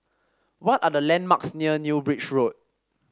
what are the landmarks near New Bridge Road